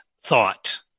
thought